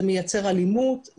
זה מייצר אלימות,